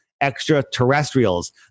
extraterrestrials